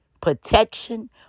protection